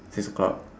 six O clock